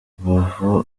rubavu